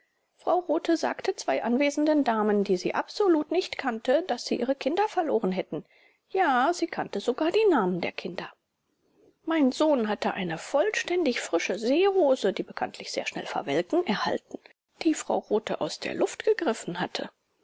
frau rothe sagte zwei anwesenden damen die sie absolut nicht kannte daß sie ihre kinder verloren hätten ja sie kannte sogar die namen der kinder mein sohn hatte eine vollständig frische seerose die bekanntlich sehr schnell verwelken erhalten die frau rothe aus der luft gegriffen hatte